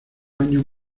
años